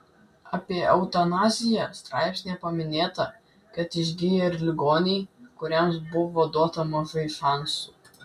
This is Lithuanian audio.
apie eutanaziją straipsnyje paminėta kad išgyja ir ligoniai kuriems buvo duota mažai šansų